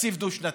תקציב דו-שנתי,